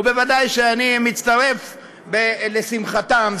וודאי שאני מצטרף לשמחתם.